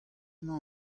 emañ